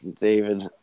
David